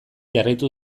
jarraitu